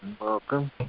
Welcome